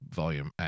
volume